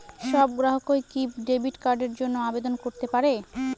সব গ্রাহকই কি ডেবিট কার্ডের জন্য আবেদন করতে পারে?